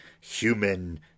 human